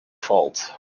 faults